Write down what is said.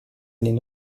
allées